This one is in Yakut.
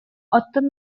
оттон